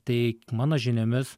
tai mano žiniomis